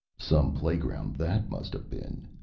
some playground that must have been,